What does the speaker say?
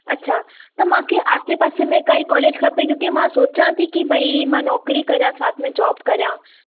अच्छा त मांखे आसे पासे में काई कॉलेज खपे क्योंकि मां सोचियां थी की भई मां नौकरी करियां साथ में जॉब करियां